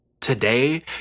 today